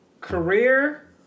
career